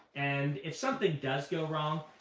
and if something does go wrong,